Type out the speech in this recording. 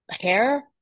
hair